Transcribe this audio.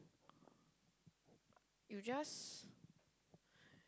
you just